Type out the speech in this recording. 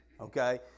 okay